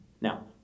Now